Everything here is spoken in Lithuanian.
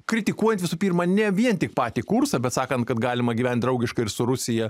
kritikuojant visų pirma ne vien tik patį kursą bet sakant kad galima gyvent draugiškai ir su rusija